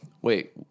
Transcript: Wait